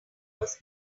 was